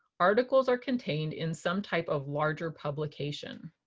articles are contained in some type of larger publication.